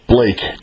Blake